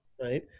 right